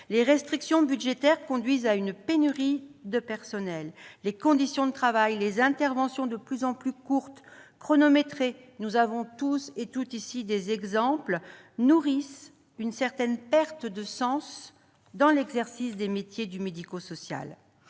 Les restrictions budgétaires conduisent à une pénurie de personnel. Les conditions de travail, les interventions de plus en plus courtes, chronométrées- nous connaissons toutes et tous des exemples -nourrissent une certaine perte de sens dans l'exercice des métiers du médico-social.